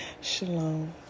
Shalom